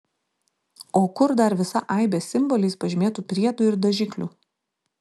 o kur dar visa aibė simboliais pažymėtų priedų ir dažiklių